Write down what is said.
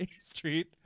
street